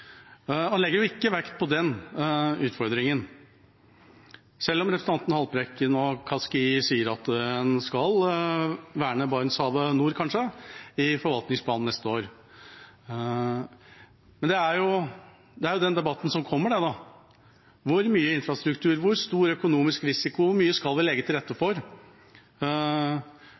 Man legger jo ikke vekt på den utfordringen – selv om representantene Haltbrekken og Kaski sier at en skal verne Barentshavet nord, kanskje, i forvaltningsplanen neste år. Men det er jo den debatten som kommer nå: Hvor mye infrastruktur? Hvor stor økonomisk risiko? Hvor mye skal vi legge til rette fra politisk side for